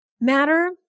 matter